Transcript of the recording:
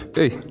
Hey